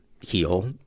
heal